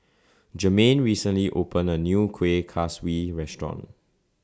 Germaine recently opened A New Kuih Kaswi Restaurant